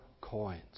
coins